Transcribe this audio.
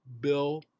Bill